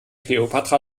kleopatra